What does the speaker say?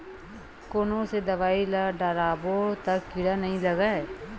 कोन से दवाई ल डारबो त कीड़ा नहीं लगय?